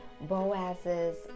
Boaz's